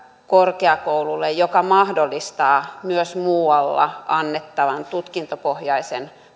korkeakouluille mikä mahdollistaa myös muualla annettavan tutkintopohjaisen